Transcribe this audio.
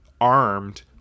armed